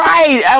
Right